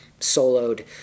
soloed